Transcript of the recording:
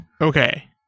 Okay